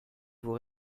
vous